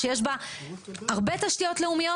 שיש בה הרבה תשתיות לאומיות,